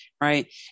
Right